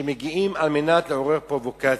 שמגיעים כדי לעורר פרובוקציות.